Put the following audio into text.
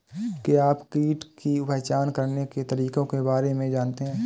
क्या आप कीट की पहचान करने के तरीकों के बारे में जानते हैं?